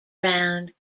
round